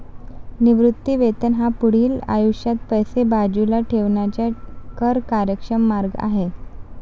निवृत्ती वेतन हा पुढील आयुष्यात पैसे बाजूला ठेवण्याचा कर कार्यक्षम मार्ग आहे